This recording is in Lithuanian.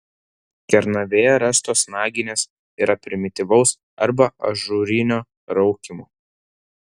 kernavėje rastos naginės yra primityvaus arba ažūrinio raukimo